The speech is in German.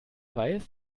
weiß